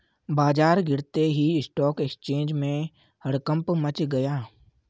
बाजार गिरते ही स्टॉक एक्सचेंज में हड़कंप मच गया